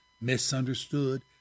misunderstood